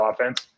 offense